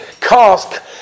cask